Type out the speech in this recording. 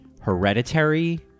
hereditary